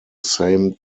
same